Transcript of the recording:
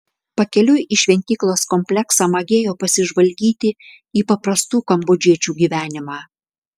pakeliui į šventyklos kompleksą magėjo pasižvalgyti į paprastų kambodžiečių gyvenimą